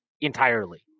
entirely